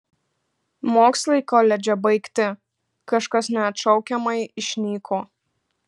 mokslai koledže baigti kažkas neatšaukiamai išnyko